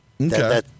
Okay